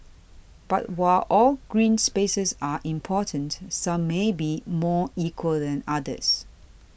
but while all green spaces are important some may be more equal than others